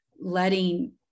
letting